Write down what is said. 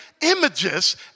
images